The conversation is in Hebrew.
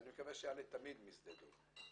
ואני מקווה שהוא יעלה תמיד משדה דב,